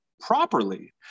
properly